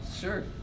sure